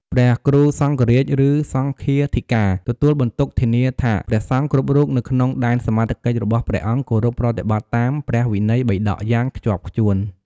ព្រះគ្រូសង្ឃរាជ ឬ សង្ឃាធិការ ទទួលបន្ទុកធានាថាព្រះសង្ឃគ្រប់រូបនៅក្នុងដែនសមត្ថកិច្ចរបស់ព្រះអង្គគោរពប្រតិបត្តិតាម ព្រះវិន័យបិដក យ៉ាងខ្ជាប់ខ្ជួន។